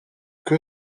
que